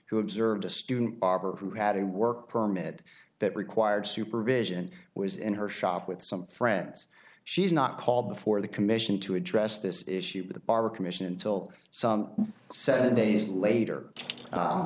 who observed a student barber who had a work permit that required supervision was in her shop with some friends she's not called before the commission to address this issue by the bar commission until some seven days later